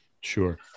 Sure